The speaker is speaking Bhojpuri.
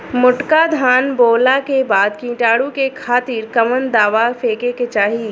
मोटका धान बोवला के बाद कीटाणु के खातिर कवन दावा फेके के चाही?